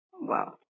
Wow